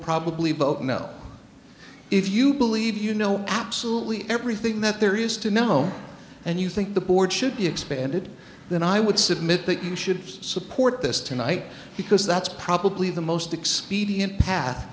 probably vote no if you believe you know absolutely everything that there is to know and you think the board should be expanded then i would submit that you should support this tonight because that's probably the most expedient path